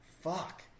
Fuck